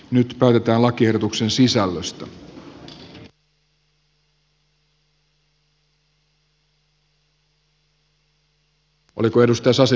nyt päätetään lakiehdotuksen sisällöstä